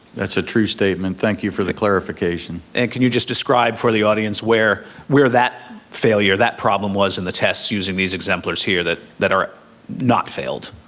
that's a true statement, thank you for the clarification. and can you just describe for the audience where where that failure, that problem was in the test using these exemplars here that that are not failed.